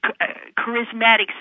charismatic